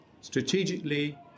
strategically